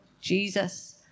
Jesus